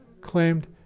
claimed